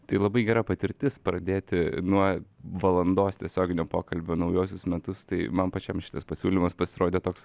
tai labai gera patirtis pradėti nuo valandos tiesioginio pokalbio naujuosius metus tai man pačiam šitas pasiūlymas pasirodė toks